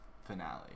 finale